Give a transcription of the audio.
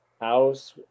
house